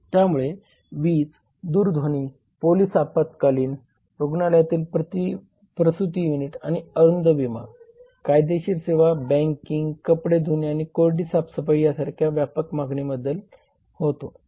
त्यामुळे वीज दूरध्वनी पोलीस आपत्कालीन रुग्णालयातील प्रसूती युनिट आणि अरुंद विमा कायदेशीर सेवा बँकिंग कपडे धुणे आणि कोरडी साफसफाई यासारख्या व्यापक मागणीतीलबदल होतो